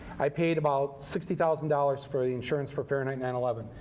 i paid about sixty thousand dollars for the insurance for fahrenheit nine eleven.